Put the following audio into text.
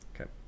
Okay